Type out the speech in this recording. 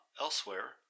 elsewhere